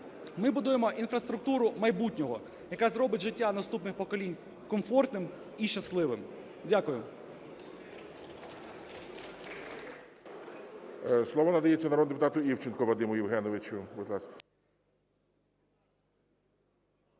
ми будуємо інфраструктуру майбутнього, яка зробить життя наступних поколінь комфортним і щасливим. Дякую.